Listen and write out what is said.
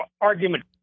argument